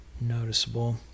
noticeable